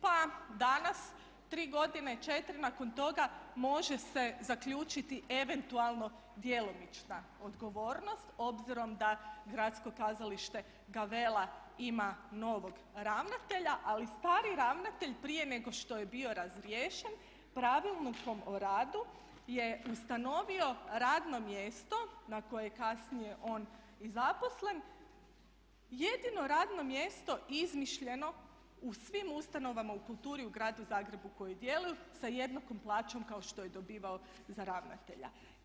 Pa danas 3 godine, 4 nakon toga može se zaključiti eventualno djelomična odgovornost obzirom da gradsko kazalište Gavella ima novog ravnatelja, ali stari ravnatelj prije nego što je bio razriješen Pravilnikom o radu je ustanovio radno mjesto na koje je kasnije on i zaposlen jedino radno mjesto izmišljeno u svim ustanovama u kulturi u gradu Zagrebu koji djeluju sa jednakom plaćom kao što je i dobivao za ravnatelja.